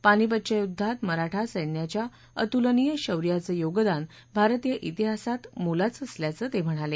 पानिपतच्या युद्धात मराठा सैन्याच्या अतुलनीय शौर्याचं योगदान भारतीय इतिहासात मोलाचं असल्याचं ते म्हणाले